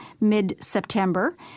mid-September